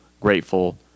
grateful